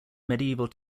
medieval